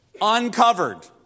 uncovered